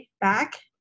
back